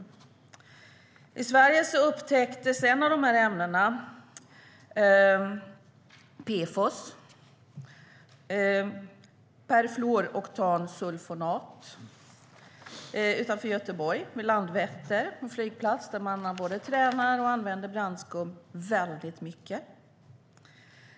I Sverige upptäcktes ett av dessa ämnen, PFOS, perfluoroktansulfonat, utanför Göteborg vid Landvetters flygplats där man både tränar och använder brandskum väldigt mycket.